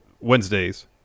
Wednesday's